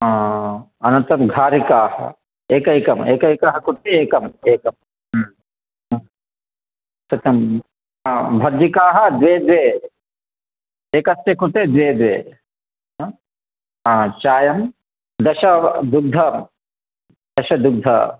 अनन्तरं घारिकाः एकैकम् एकैकः कृते एकम् एकम् तत् आं भज्जिकाः द्वे द्वे एकस्य कृते द्वे द्वे चायं दश दुग्धं दशदुग्धं